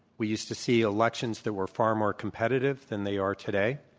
we used to see elections that were far more competitive than they are today.